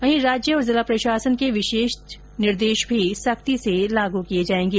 वहीं राज्य और जिला प्रशासन के विशेष निर्देश भी सख्ती से लागू किये जायेंगे